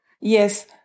Yes